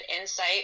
insight